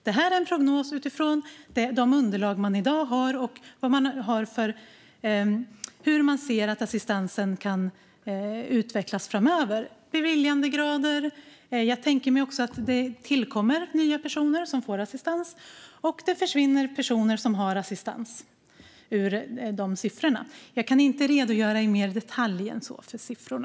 Det här är en prognos utifrån de underlag som finns i dag om hur assistansen kan utvecklas framöver och beviljandegrader. Jag tänker mig också att det tillkommer nya personer som får assistans och att det försvinner personer som har assistans från siffrorna. Jag kan inte redogöra mer i detalj än så för siffrorna.